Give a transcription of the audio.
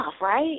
right